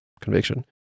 conviction